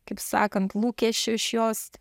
kaip sakant lūkesčių iš jos